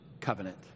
covenant